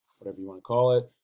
whatever you want to call it.